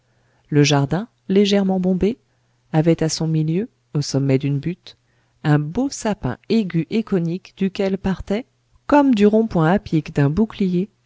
le jardin légèrement bombé avait à son milieu au sommet d'une butte un beau sapin aigu et conique duquel partaient comme du rond-point à pique d'un bouclier